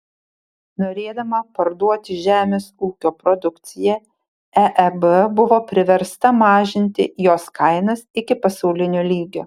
norėdama parduoti žemės ūkio produkciją eeb buvo priversta mažinti jos kainas iki pasaulinio lygio